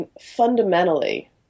fundamentally